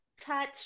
touch